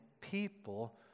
people